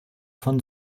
von